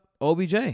OBJ